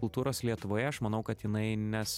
kultūros lietuvoje aš manau kad jinai nes